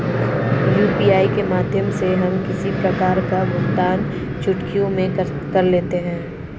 UPI के माध्यम से हम किसी प्रकार का भुगतान चुटकियों में कर लेते हैं